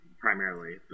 primarily